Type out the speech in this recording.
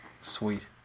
sweet